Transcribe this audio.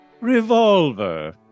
Revolver